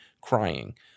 crying